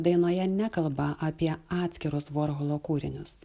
dainoje nekalba apie atskirus vorholo kūrinius